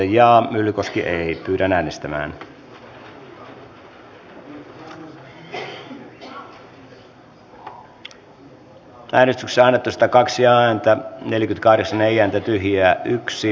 jari myllykoski on harry wallinin kannattamana ehdottanut että pykälä hyväksytään edustajille jaetun muutosehdotuksen mukaisena